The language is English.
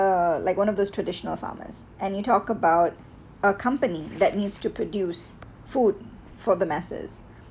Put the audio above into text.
uh like one of those traditional farmers and you talk about a company that needs to produce food for the masses